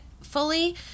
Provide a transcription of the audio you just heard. fully